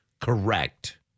correct